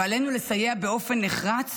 ועלינו לסייע באופן נחרץ